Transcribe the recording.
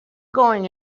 going